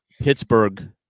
Pittsburgh